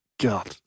God